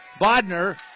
Bodner